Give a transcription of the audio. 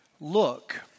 look